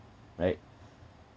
right